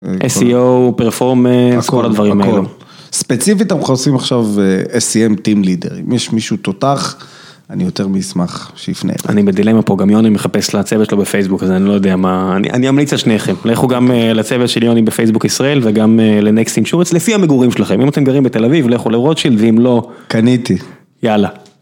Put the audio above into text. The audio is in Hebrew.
SEO, פרפורמנס, כל הדברים האלו. ספציפית אנחנו עושים עכשיו SEM Team Leader, אם יש מישהו תותח, אני יותר מאשמח שיפנה את זה. אני בדילמה פה, גם יוני מחפש לצוות שלו בפייסבוק הזה, אני לא יודע מה, אני אמליץ לשניכם, לכו גם לצוות שלי, אני בפייסבוק ישראל, וגם לנקסטינג שורץ, לפי המגורים שלכם, אם אתם גרים בתל אביב, לכו לרוטשילד, ואם לא, קניתי. יאללה.